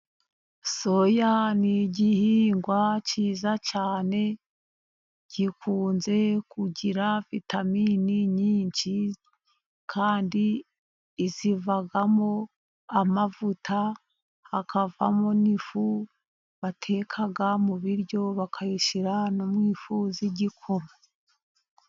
Soya ni igihingwa cyiza cyane, gikunze kugira vitaminini nyinshi, kandi zivamo amavuta, hakavamo n'ifu bateka mu biryo bakayishyira no mu ifu y'igikoma.